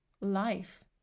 Life